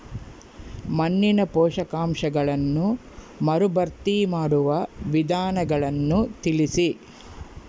ಮಣ್ಣಿನ ಪೋಷಕಾಂಶಗಳನ್ನು ಮರುಭರ್ತಿ ಮಾಡುವ ವಿಧಾನಗಳನ್ನು ತಿಳಿಸಿ?